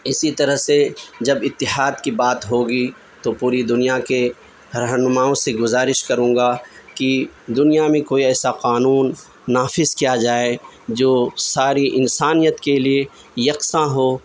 اسی طرح سے جب اتحاد کی بات ہوگی تو پوری دنیا کے رہنماؤں سے گزارش کروں گا کہ دنیا میں کوئی ایسا قانون نافذ کیا جائے جو ساری انسانیت کے لیے یکساں ہو